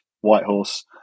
Whitehorse